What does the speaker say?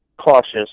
Cautious